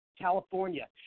California